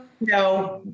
No